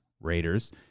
Raiders